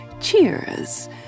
cheers